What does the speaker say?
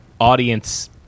audience